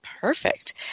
perfect